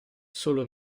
solo